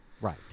right